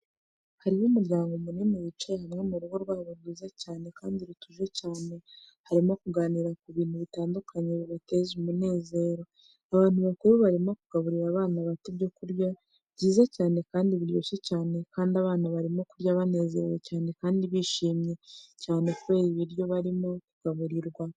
Hariho umuryango munini wicaye hamwe mu rugo rwabo rwiza cyane kandi rutuje cyane, barimo kuganira ku bintu bitandukanye bibateza umunezero. Abantu bakuru barimo kugaburira abana bato ibyo kurya byiza cyane kandi biryoshye cyane, kandi abana barimo kurya banezerewe cyane kandi bishimye cyane kubera ibyo barimo kugaburirwa.